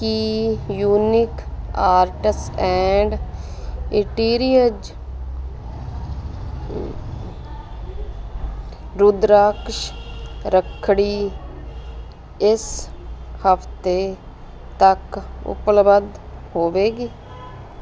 Ki unique arts and interiors ਰੁਦ੍ਰਾਕਸ਼ ਰੱਖੜੀ ਇਸ ਹਫ਼ਤੇ ਤੱਕ ਉਪਲੱਬਧ ਹੋਵੇਗੀ